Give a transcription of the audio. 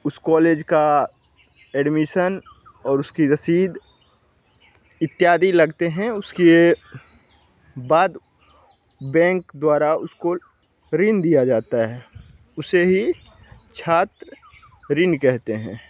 उस कॉलेज का एडमिशन और उसकी रसीद इत्यादि लगते हैं उसके बैंक द्वारा उसको ऋण दिया जाता है उसे ही छात्र ऋण कहते हैं